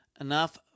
Enough